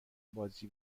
بازی